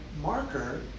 marker